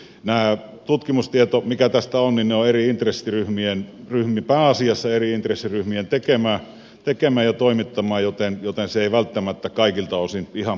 tämä tutkimustieto mikä tästä on on pääasiassa eri intressiryhmien tekemää ja toimittamaa joten se ei välttämättä kaikilta osin ihan puolueetonta ole